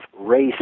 race